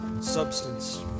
substance